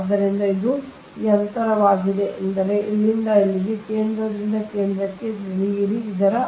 ಆದ್ದರಿಂದ ಇದು ಈ ಅಂತರವಾಗಿದೆ ಎಂದರೆ ಇಲ್ಲಿಂದ ಇಲ್ಲಿಗೆ ಕೇಂದ್ರದಿಂದ ಕೇಂದ್ರಕ್ಕೆ ತಿಳಿಯಿರಿ ಇದು ದೂರ